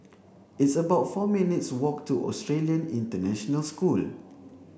it's about four minutes walk to Australian International School